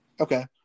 Okay